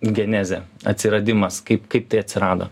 genezė atsiradimas kaip kaip tai atsirado